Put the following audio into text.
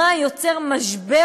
מה יוצר משבר